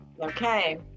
okay